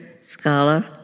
scholar